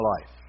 life